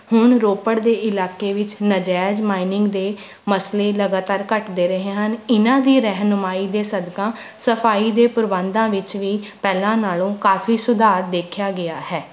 ਹੁਣ ਰੋਪੜ ਦੇ ਇਲਾਕੇ ਵਿੱਚ ਨਜਾਇਜ਼ ਮਾਈਨਿੰਗ ਦੇ ਮਸਲੇ ਲਗਾਤਾਰ ਘਟਦੇ ਰਹੇ ਹਨ ਇਨ੍ਹਾਂ ਦੀ ਰਹਿਨੁਮਾਈ ਦੇ ਸਦਕਾ ਸਫਾਈ ਦੇ ਪ੍ਰਬੰਧਾਂ ਵਿੱਚ ਵੀ ਪਹਿਲਾਂ ਨਾਲੋਂ ਕਾਫੀ ਸੁਧਾਰ ਦੇਖਿਆ ਗਿਆ ਹੈ